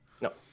No